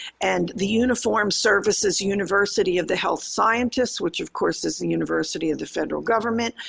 and the uniformed services university of the health scientists, which of course is the university of the federal government,